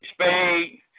Spade